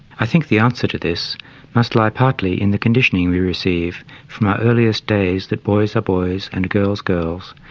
i think the answer to this must lie partly in the conditioning we receive from our earliest days that boys are boys and girls girls,